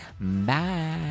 bye